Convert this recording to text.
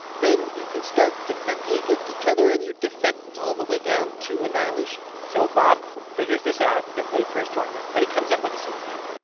then you can start defecting against each other. and you defect all the way down to annihilation so bob figured this out a bit late for his tournament, but he comes up with a solution,